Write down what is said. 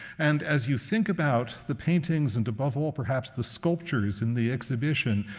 and as you think about the paintings and above all, perhaps, the sculptures in the exhibition,